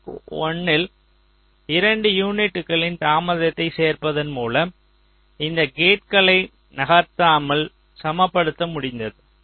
clock 1 இல் 2 யூனிட்ஸ்களின் தாமதத்தைச் சேர்ப்பதன் மூலம் இந்த கேட்களை நகர்த்தாமல் சமப்படுத்த முடிந்தது